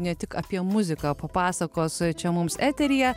ne tik apie muziką papasakos čia mums eteryje